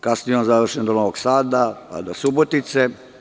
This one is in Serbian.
Kasnije je on završen do Novog Sada pa do Subotice.